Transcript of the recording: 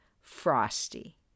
frosty